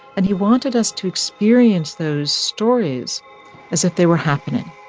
and he wanted us to experience those stories as if they were happening